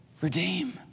redeem